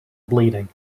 bleeding